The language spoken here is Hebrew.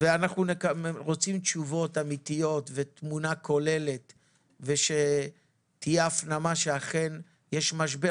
רוצים תשובות אמיתיות ושתהיה הפנמה שיה משבר